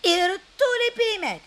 ir tu lipi į medį